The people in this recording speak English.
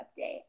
update